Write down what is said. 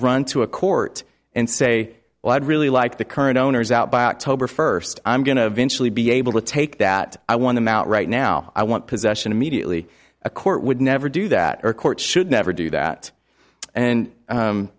run to a court and say well i'd really like the current owners out by october first i'm going to eventually be able to take that i want them out right now i want possession immediately a court would never do that our court should never do that and